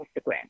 Instagram